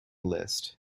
list